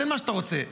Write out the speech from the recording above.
תן מה שאתה רוצה.